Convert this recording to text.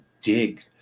dig